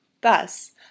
Thus